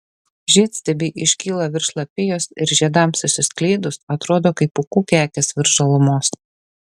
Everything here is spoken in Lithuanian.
žiedstiebiai iškyla virš lapijos ir žiedams išsiskleidus atrodo kaip pūkų kekės virš žalumos